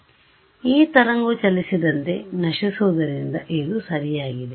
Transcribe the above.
ಆದ್ದರಿಂದ ಈ ತರಂಗವು ಚಲಿಸಿದಂತೆ ನಶಿಸುವುದರಿಂದ ಇದು ಸರಿಯಾಗಿದೆ